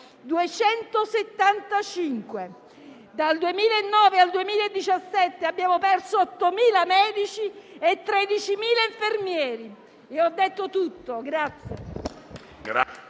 275. Dal 2009 al 2017 abbiamo perso 8.000 medici e 13.000 infermieri e ho detto tutto.